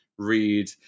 read